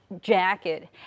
jacket